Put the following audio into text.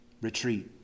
retreat